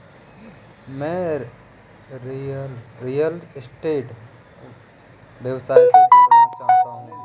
मैं real estate व्यवसाय से जुड़ना चाहता हूँ